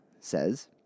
says